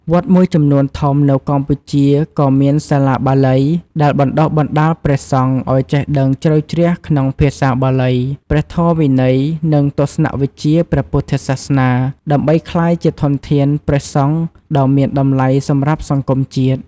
វត្តមួយចំនួនធំនៅកម្ពុជាក៏មាន សាលាបាលី ដែលបណ្ដុះបណ្ដាលព្រះសង្ឃឲ្យចេះដឹងជ្រៅជ្រះក្នុងភាសាបាលី ព្រះធម៌វិន័យ និងទស្សនវិជ្ជាព្រះពុទ្ធសាសនា ដើម្បីក្លាយជាធនធានព្រះសង្ឃដ៏មានតម្លៃសម្រាប់សង្គមជាតិ។